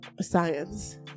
science